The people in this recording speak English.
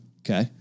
Okay